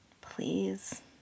please